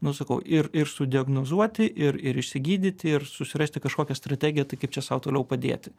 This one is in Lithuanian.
nu sakau ir ir sudiagnozuoti ir ir išsigydyti ir susirasti kažkokią strategiją tai kaip čia sau toliau padėti